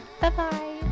bye-bye